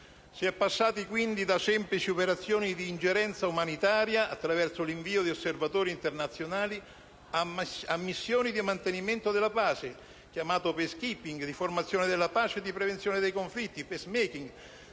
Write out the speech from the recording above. Si è passati, quindi, da semplici operazioni d'ingerenza umanitaria, attraverso l'invio di osservatori internazionali, a missioni di mantenimento della pace (*peace keeping*), di formazione della pace e prevenzione dei conflitti (*peace making*)